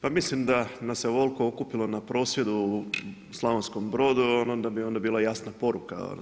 Pa mislim da nas se ovoliko okupilo na prosvjedu u Slavonskom Brodu onda bi bila jasna poruka.